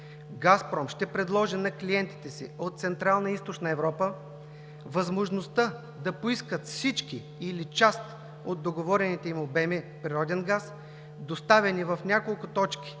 „Газпром“ ще предложи на клиентите си от Централна и Източна Европа възможността да поискат всички или част от договорените им обеми природен газ, доставени в няколко точки